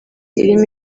irimo